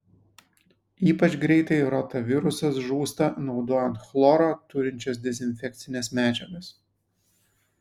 ypač greitai rotavirusas žūsta naudojant chloro turinčias dezinfekcines medžiagas